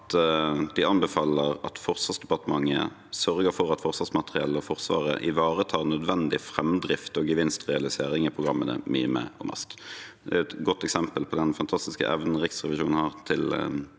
at de anbefaler at Forsvarsdepartementet «sørger for at Forsvarsmateriell og Forsvaret ivaretar nødvendig framdrift og gevinstrealisering i programmene Mime og MAST». Det er et godt eksempel på den fantastiske evnen Riksrevisjonen har til